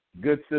good